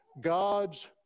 God's